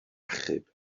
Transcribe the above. achub